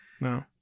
No